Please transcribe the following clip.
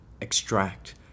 extract